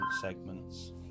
segments